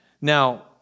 Now